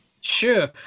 Sure